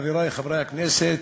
חברי חברי הכנסת,